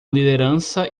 liderança